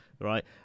Right